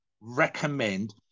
recommend